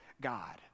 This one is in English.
God